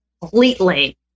completely